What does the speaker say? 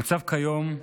המצב כיום,